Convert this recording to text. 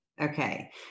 Okay